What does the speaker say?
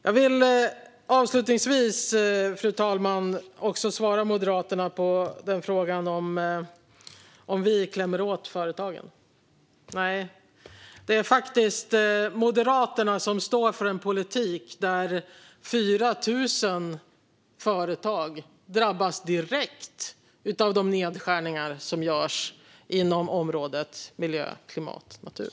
Jag vill avslutningsvis, fru talman, också svara Moderaterna på frågan om vi klämmer åt företagen. Nej, det är faktiskt Moderaterna som står för en politik där 4 000 företag drabbas direkt av de nedskärningar som görs inom området miljö, klimat och natur.